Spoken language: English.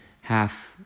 half